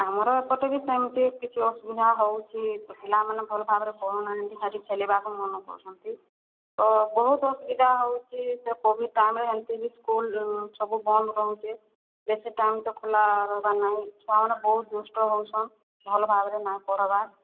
ଆମର ଏପଟ ବି ସେମ୍ତି କିଛି ଅସୁବିଧା ହେଉଛି ଛୁଆମାନେ ଭଲ୍ ଭାବରେ ପଢ଼ୁନାହାନ୍ତି ଖାଲି ଖେଳିବାକୁ ମନ କରୁଛନ୍ତି ତ ବହୁତ୍ ଅସୁବିଧା ହେଉଛି ସେ କୋଭିଡ଼୍ ଟାଇମ୍ରେ ଏମିତି ସ୍କୁଲ୍ ସବୁ ବନ୍ଦ ରହୁଛି ବେଶୀ ଟାଇମ୍ ତ ଖୋଲା ହବାର ନାହିଁ ଛୁଆମାନେ ବହୁତ୍ ଦୁଷ୍ଟ ହଉସନ୍ ଭଲ ଭାବରେ ନାଇଁ ପଢ଼ବା